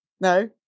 No